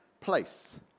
place